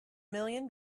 million